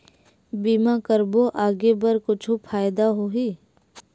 बीमा करबो आगे बर कुछु फ़ायदा होही?